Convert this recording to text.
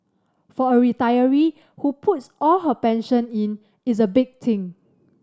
for a retiree who puts all her pension in it's a big thing